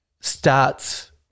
starts